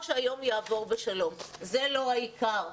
זה לא העיקר.